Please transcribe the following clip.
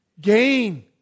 gain